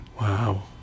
Wow